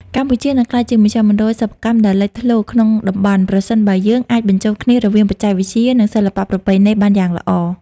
កម្ពុជានឹងក្លាយជាមជ្ឈមណ្ឌលសិប្បកម្មដ៏លេចធ្លោក្នុងតំបន់ ប្រសិនបើយើងអាចបញ្ចូលគ្នារវាងបច្ចេកវិទ្យា និងសិល្បៈប្រពៃណីបានយ៉ាងល្អ។